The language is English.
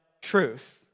truth